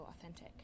authentic